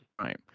Right